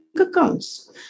accounts